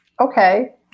okay